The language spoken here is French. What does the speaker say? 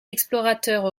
explorateurs